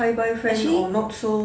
actually